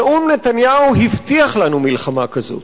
נאום נתניהו הבטיח לנו מלחמה כזאת,